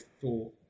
thought